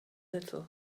little